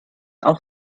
auch